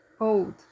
old